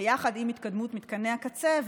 ביחד עם התקדמות מתקני הקצה,